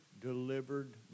delivered